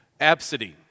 Absidy